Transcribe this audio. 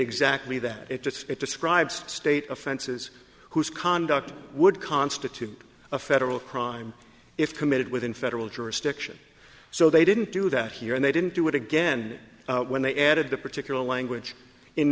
exactly that it just it describes state offenses whose conduct would constitute a federal crime if committed within federal jurisdiction so they didn't do that here and they didn't do it again when they added the particular language in